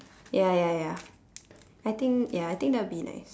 ya ya ya I think ya I think that would be nice